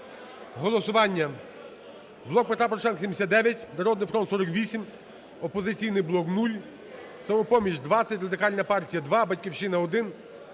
голосування.